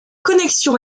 connexion